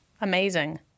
Amazing